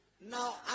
Now